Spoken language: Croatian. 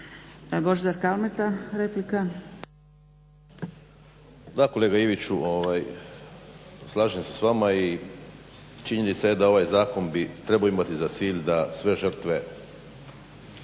Da kolega Iviću slažem se s vama i činjenica je da ovaj zakon bi trebao imati za cilj da sve žrtve